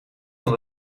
van